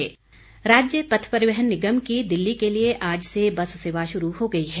बस रूट राज्य पथ परिवहन निगम की दिल्ली के लिए आज से बस सेवा शुरू हो गई है